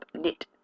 knit